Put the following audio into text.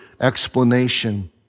explanation